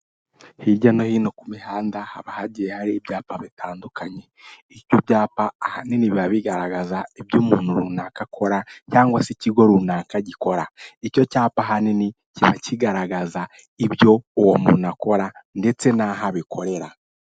Hirya no hino ku mihanda haba hagiye hari ibyapa bitandukanye, ibyo byapa ahanini biba bigaragaza ibyo umuntu runaka akora cyangwa se ikigo runaka gikora. Icyo cyapa ahanini kiba kigaragaza ibyo uwo muntu akora ndetse naho abikorera.